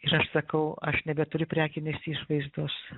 ir aš sakau aš nebeturiu prekinės išvaizdos